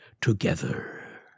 together